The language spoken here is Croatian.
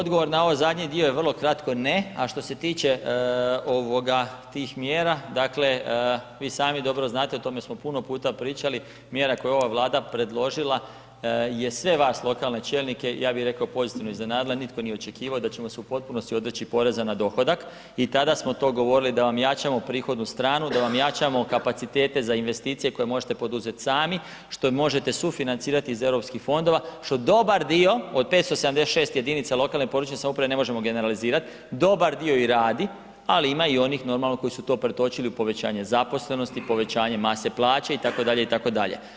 Odgovor na ovaj zadnji dio vrlo kratko ne, a što se tiče ovoga, tih mjera, dakle vi sami dobro znate o tome smo puno puta pričali, mjera koju je ova Vlada predložila je sve vas lokalne čelnike, ja bi rekao, pozitivno iznenadila, nitko nije očekivao da ćemo se u potpunosti odreći poreza na dohodak i tada smo to govorili da vam jačamo prihodnu stranu, da vam jačamo kapacitete za investicije koje možete poduzet sami, što možete sufinancirati iz Europskih fondova, što dobar dio od 576 jedinica lokalne i područne samouprave, ne možemo generalizirat, dobar dio i radi, ali ima i onih normalno koji su to pretočili u povećanje zaposlenosti, povećanje mase plaće itd., itd.